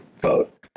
vote